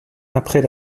après